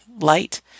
light